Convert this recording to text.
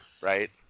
Right